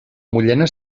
mullena